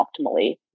optimally